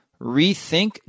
rethink